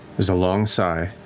there's a long sigh.